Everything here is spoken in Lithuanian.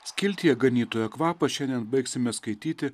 skiltyje ganytojo kvapas šiandien baigsime skaityti